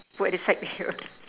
put at the side okay